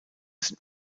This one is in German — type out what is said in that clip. sind